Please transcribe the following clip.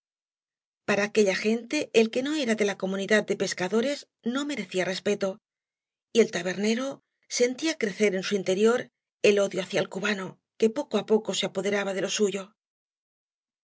para aquella gente el que no era de la comunidad de pescadores no merecía respeto y el tabernero sentía crecer en su interior el odio hacia el cubano que poco á poco se apoderaba de lo suyo lo